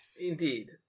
Indeed